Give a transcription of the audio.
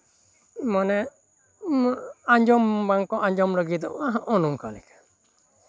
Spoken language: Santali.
ᱢᱟᱱᱮ ᱩᱱᱟᱹᱜ ᱟᱸᱡᱚᱢ ᱵᱟᱝᱠᱚ ᱟᱸᱡᱚᱢ ᱞᱟᱹᱜᱤᱫᱚᱜᱼᱟ ᱦᱚᱸᱜᱼᱚ ᱱᱚᱝᱠᱟ ᱞᱮᱠᱟ